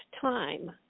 time